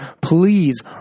Please